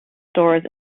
stores